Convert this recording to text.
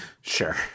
Sure